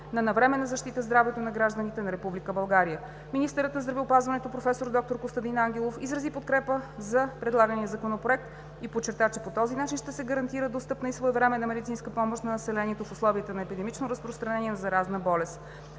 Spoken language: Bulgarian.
на навременна защита здравето на гражданите на Република България. Министърът на здравеопазването професор доктор Костадин Ангелов изрази подкрепа за предлагания законопроект и подчерта, че по този начин ще се гарантира достъпна и своевременна медицинска помощ на населението в условията на епидемично разпространение на заразна болест.